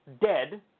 dead